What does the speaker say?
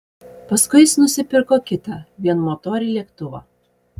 paskui jis nusipirko kitą vienmotorį lėktuvą